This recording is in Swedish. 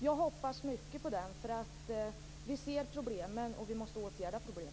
Jag hoppas mycket på propositionen. Vi ser problemen, och vi måste åtgärda dem.